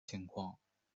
情况